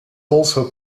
also